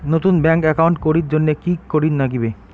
নতুন bank account করির জন্যে কি করিব নাগিবে?